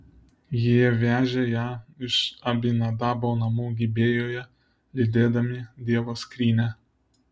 jie vežė ją iš abinadabo namų gibėjoje lydėdami dievo skrynią